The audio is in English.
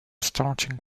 starting